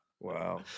Wow